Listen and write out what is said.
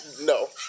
No